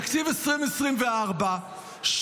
תקציב 2024 שמור,